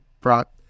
brought